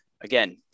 again